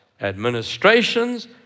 administrations